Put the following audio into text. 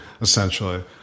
essentially